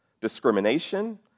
discrimination